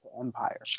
Empire